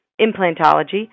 implantology